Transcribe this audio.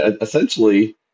essentially